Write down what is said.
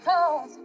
Cause